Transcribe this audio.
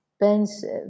expensive